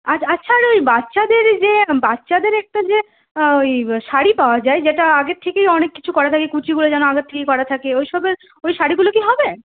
আচ্ছা আচ্ছা ওই বাচ্চাদের যে বাচ্চাদের একটা যে ওই শাড়ি পাওয়া যায় যেটা আগের থেকেই অনেক কিছু করা থাকে কুচিগুলো যেন আগের থেকেই করা থাকে ওই সবের ওই শাড়িগুলো কি হবে